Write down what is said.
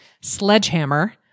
Sledgehammer